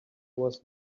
was